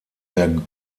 der